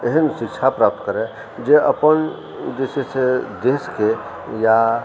एहन शिक्षा प्राप्त करय जे अपन जे छै से देशके या